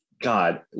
God